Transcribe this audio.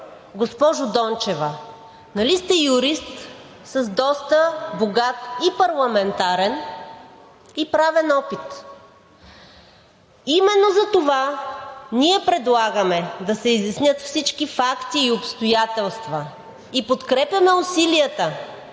Госпожо Дончева, нали сте юрист с доста богат и парламентарен, и правен опит? Именно затова ние предлагаме да се изяснят всички факти и обстоятелства и подкрепяме усилията